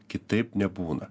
kitaip nebūna